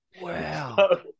wow